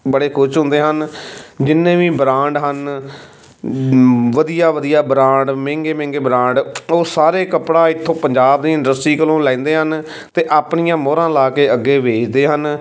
ਬੜੇ ਖੁਸ਼ ਹੁੰਦੇ ਹਨ ਜਿੰਨੇ ਵੀ ਬਰਾਂਡ ਹਨ ਵਧੀਆ ਵਧੀਆ ਬਰਾਂਡ ਮਹਿੰਗੇ ਮਹਿੰਗੇ ਬਰਾਂਡ ਉਹ ਸਾਰੇ ਕੱਪੜਾ ਇੱਥੋਂ ਪੰਜਾਬ ਦੀ ਇੰਡਸਟਰੀ ਕੋਲੋਂ ਲੈਂਦੇ ਹਨ ਅਤੇ ਆਪਣੀਆਂ ਮੋਹਰਾਂ ਲਾ ਕੇ ਅੱਗੇ ਵੇਚਦੇ ਹਨ